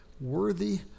worthy